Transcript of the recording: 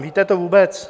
Víte to vůbec?